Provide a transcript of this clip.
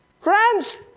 Friends